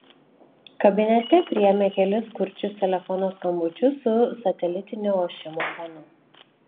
kabinete priėmė kelis kurčius telefono skambučius su satelitinio ošimo fonu